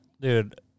dude